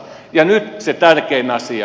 ja nyt se tärkein asia